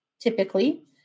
typically